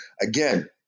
Again